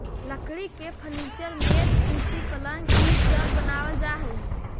लकड़ी के फर्नीचर, मेज, कुर्सी, पलंग इ सब बनावल जा हई